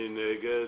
מי נגד?